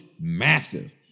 massive